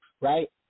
right